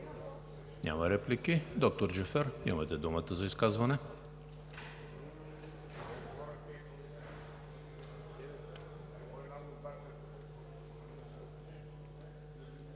Няма. Доктор Джафер, имате думата за изказване.